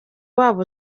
wabo